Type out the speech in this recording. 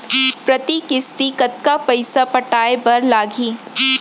प्रति किस्ती कतका पइसा पटाये बर लागही?